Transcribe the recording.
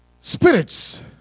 spirits